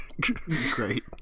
great